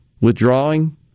withdrawing